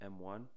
m1